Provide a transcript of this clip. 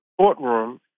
courtroom